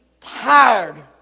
Tired